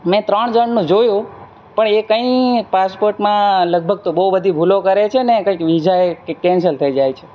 મે ત્રણ જણનું જોયું પણ એ કંઈ પાસપોર્ટમાં લગભગ તો બહુ બધી ભૂલો કરે છે ને કંઈક વિઝાએ કે કેન્સલ થઈ જાય છે